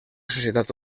societat